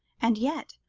and yet,